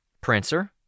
Prancer